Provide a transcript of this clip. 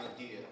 idea